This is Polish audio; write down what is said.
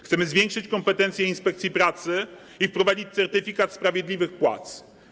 Chcemy zwiększyć kompetencje inspekcji pracy i wprowadzić certyfikat sprawiedliwych płac.